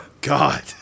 God